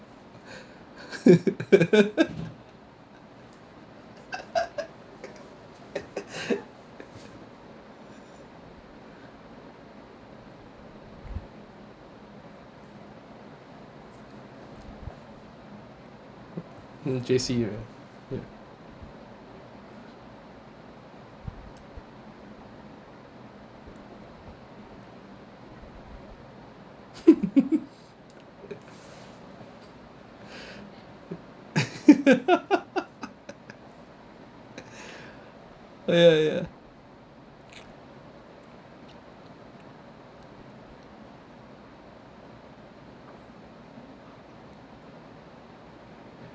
in J_C right ya oh ya ya ya